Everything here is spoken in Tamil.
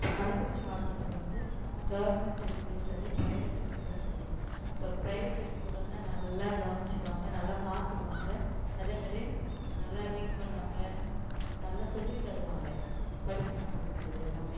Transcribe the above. இப்போது கள்ளக்குறிச்சி மாவட்டத்தில் வந்து கவர்மெண்ட்டு ஸ்கூலும் சரி ப்ரைவேட்டு ஸ்கூலும் சரி இப்போது ப்ரைவேட்டு ஸ்கூல்லுன்னா நல்லா கவனிச்சுக்குவாங்க நல்லா பார்த்துக்குவாங்க அதே மாதிரி நல்லா ரீட் பண்ணுவாங்க நல்லா சொல்லித் தருவாங்க படிப்பு சம்பந்தப்பட்டது எல்லாமே